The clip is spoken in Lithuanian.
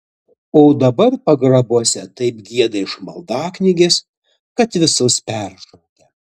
o dabar pagrabuose taip gieda iš maldaknygės kad visus peršaukia